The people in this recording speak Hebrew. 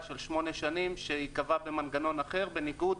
של שמונה שנים שייקבע במנגנון אחר בניגוד